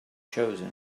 chosen